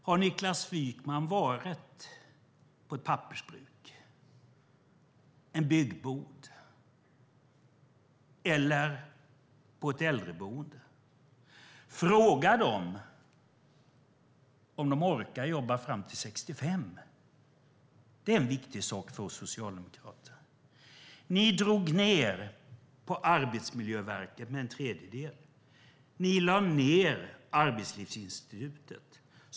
Har Niklas Wykman varit på ett pappersbruk, i en byggbod eller på ett äldreboende? Fråga dem om de orkar jobba fram till 65! Det är en viktig sak för oss socialdemokrater. Ni drog ned på Arbetsmiljöverket med en tredjedel. Ni lade ned Arbetslivsinstitutet.